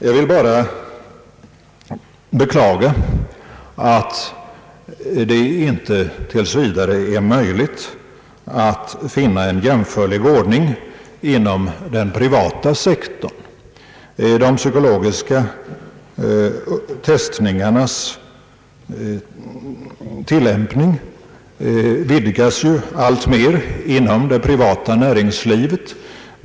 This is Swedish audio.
Jag vill bara beklaga att det tills vidare inte är möjligt att finna en jämförlig ordning inom den privata sektorn. De psykologiska testningarnas tilllämpning vidgas ju alltmera inom det privata näringslivet.